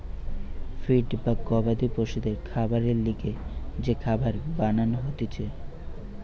feed বা গবাদি পশুদের খাবারের লিগে যে খাবার বানান হতিছে